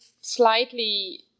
slightly